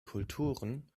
kulturen